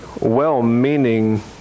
well-meaning